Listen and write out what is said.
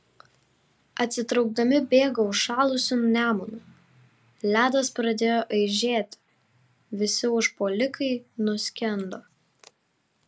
atsitraukdami bėgo užšalusiu nemunu ledas pradėjo aižėti visi užpuolikai nuskendo